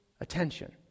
attention